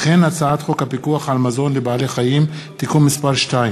והצעת חוק הפיקוח על מזון לבעלי-חיים (תיקון מס' 2),